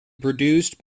produced